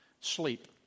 Sleep